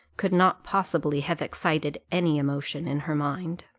could not possibly have excited any emotion in her mind.